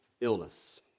illness